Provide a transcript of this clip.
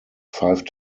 five